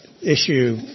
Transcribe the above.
issue